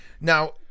Now